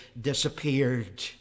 disappeared